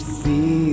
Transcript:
see